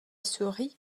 souris